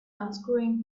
unscrewing